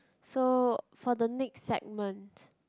so for the next segment